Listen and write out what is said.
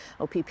OPP